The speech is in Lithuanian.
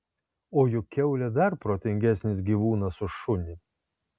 o juk kiaulė dar protingesnis gyvūnas už šunį